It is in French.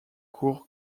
cour